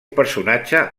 personatge